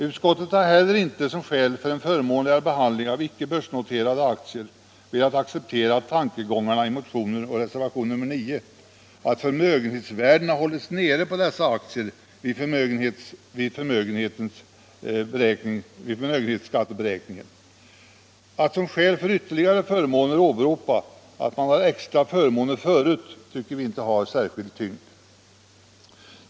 Utskottet har heller inte som skäl för en förmånligare behandling av icke börsnoterade aktier velat acceptera tankegångarna i motioner och reservationen 9 att förmögenhetsvärdena hålls nere på dessa aktier vid förmögenhetsskatteberäkningen. Att som skäl för ytterligare förmåner åberopa att man har extra förmåner förut tycker vi inte har särskild tyngd.